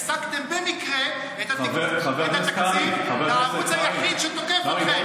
הפסקתם במקרה את התקציב לערוץ היחיד שתוקף אתכם.